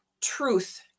truth